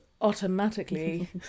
automatically